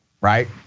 right